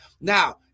Now